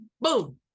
boom